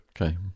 Okay